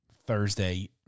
Thursday